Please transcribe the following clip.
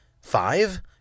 Five